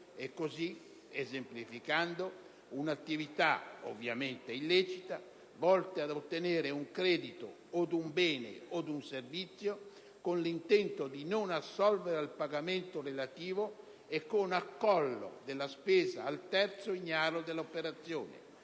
al consumo. Esemplificando, si tratta di attività, ovviamente illecite, volte ad ottenere un credito od un bene od un servizio con l'intento di non assolvere al pagamento relativo e con «accollo» della spesa al terzo ignaro dell'operazione,